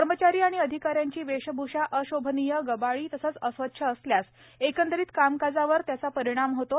कर्मचारी आणि धिकाऱ्यांची वेशभूषा शोभनीय गबाळी तसंच स्वच्छ सल्यास एकंदरित कामकाजावरही त्याचा परिणाम होतो